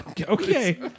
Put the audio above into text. okay